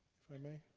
if i may?